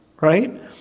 right